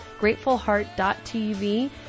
gratefulheart.tv